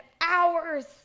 hours